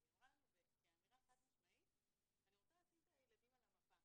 היא אמרה לנו כאמירה חד משמעית שהיא רוצה לשים את הילדים על המפה.